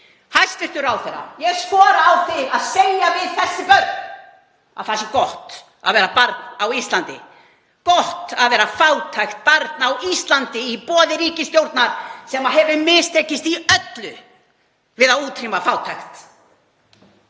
Hæstv. ráðherra, ég skora á þig að segja við þessi börn að það sé gott að vera barn á Íslandi, gott að vera fátækt barn á Íslandi í boði ríkisstjórnar sem hefur mistekist í öllu við að útrýma fátækt.